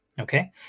Okay